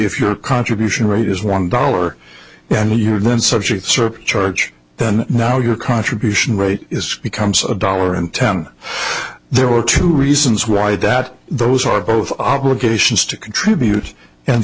if your contribution rate is one dollar and you are then subjects or charge then now your contribution rate is becomes a dollar and ten there are two reasons why that those are both obligations to contribute and